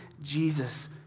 Jesus